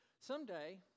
Someday